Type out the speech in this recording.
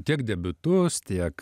tiek debiutus tiek